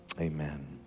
amen